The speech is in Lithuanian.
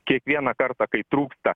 kiekvieną kartą kai trūksta